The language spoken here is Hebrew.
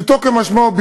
פשוטו כמשמעו.